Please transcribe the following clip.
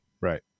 Right